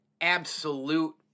absolute